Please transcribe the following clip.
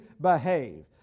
behave